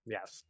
Yes